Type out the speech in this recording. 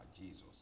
Jesus